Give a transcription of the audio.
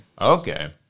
Okay